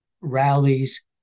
rallies